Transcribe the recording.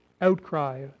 outcry